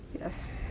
Yes